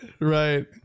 right